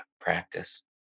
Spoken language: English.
practice